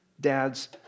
Dads